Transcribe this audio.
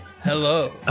hello